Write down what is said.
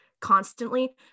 constantly